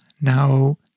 Now